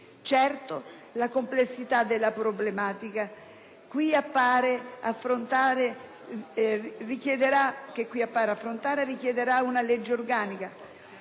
Certo, la complessità delle problematiche affrontate richiederà una legge organica,